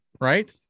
right